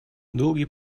долгий